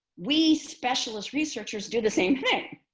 we specialist researchers do the same thing,